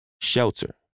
shelter